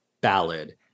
ballad